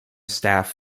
staff